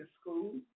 school